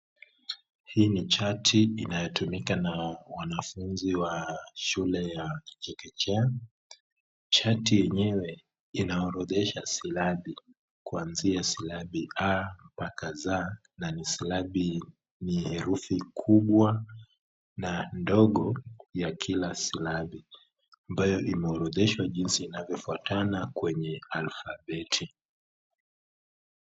Hii ni chati inayotumika na wanafuzi wa shule ya chekechea, chati yenyewe inaorodhesha silabi, kuanzia silabi a mpaka z, na ni silabi, ni herufi kubwa na ndogo ya kila silabi ambayo imeorodheshwa jinsi inayofuatana kwenye alfabeti.